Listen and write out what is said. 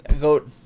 go